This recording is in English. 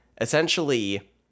essentially